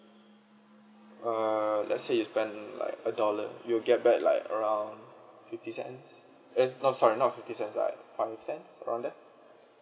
uh let's say you spend like a dollar you will get back like around fifty cents eh not sorry not fifty cents like five cents around there